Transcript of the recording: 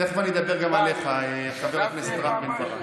תכף אני אדבר גם עליך, חבר הכנסת רם בן ברק.